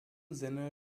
sinne